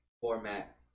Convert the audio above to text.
format